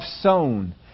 sown